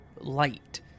light